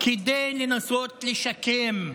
כדי לנסות לשקם,